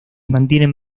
mantienen